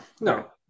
No